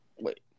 Wait